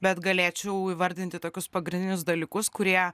bet galėčiau įvardinti tokius pagrindinius dalykus kurie